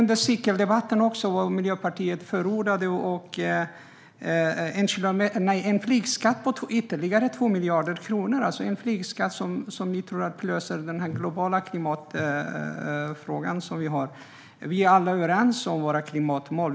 Under cykeldebatten tidigare förordade Miljöpartiet en flygskatt på ytterligare 2 miljarder kronor. De tror att en sådan skatt kan lösa den globala klimatfrågan. Vi är alla överens om våra klimatmål.